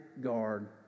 guard